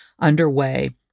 underway